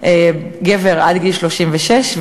גבר עד גיל 36,